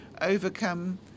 overcome